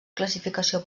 classificació